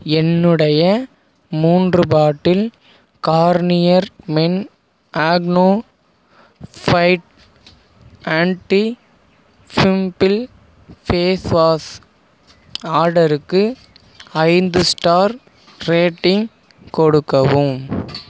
என்னுடைய மூன்று bottle Garnier men Acno fight anti pimple face wash ஆர்டருக்கு ஐந்து ஸ்டார் ரேட்டிங் கொடுக்கவும்